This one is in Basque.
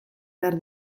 behar